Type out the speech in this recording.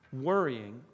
worrying